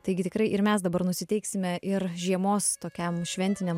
taigi tikrai ir mes dabar nusiteiksime ir žiemos tokiam šventiniam